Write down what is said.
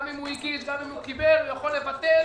גם אם הוא הגיש, גם אם הוא קיבל הוא יכול לבטל